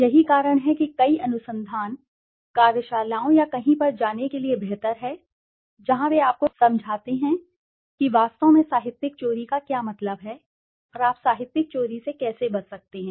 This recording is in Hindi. यही कारण है कि कई तो किसी तरह के अनुसंधान कार्यशालाओं या कहीं पर जाने के लिए बेहतर है जहां वे आपको समझाते हैं कि वास्तव में साहित्यिक चोरी का क्या मतलब है और आप साहित्यिक चोरी से कैसे बच सकते हैं